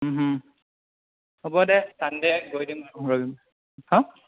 হ'ব দে চানদে গৈ দিম আৰু